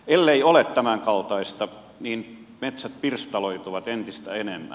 ellei ole tämän kaltaista niin metsät pirstaloituvat entistä enemmän